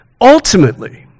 Ultimately